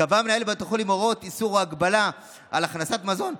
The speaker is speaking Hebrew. "קבע מנהל בית החולים הוראות איסור או הגבלה על הכנסת מזון,